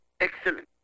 Excellent